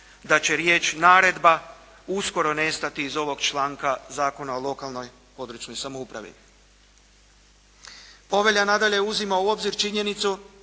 da će riječ naredba uskoro nestati iz ovog članka Zakona o lokalnoj i područnoj samoupravi. Povelja, nadalje, uzima u obzir činjenicu